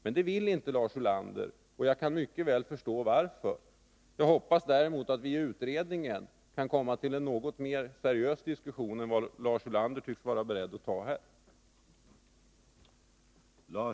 Men det vill inte Lars Ulander, och jag kan mycket väl förstå varför. Jag hoppas däremot att vi i utredningen kan komma till en något mer seriös diskussion än.den Lars Ulander tycks vara beredd att ta här.